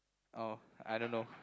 oh I don't know